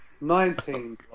nineteen